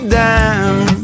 down